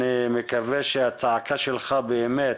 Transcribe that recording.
אני מקווה שהצעקה שלך באמת